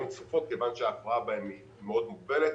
צפופות כיוון שההפרעה בהן היא מאוד מוגבלת.